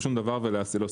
אני אומר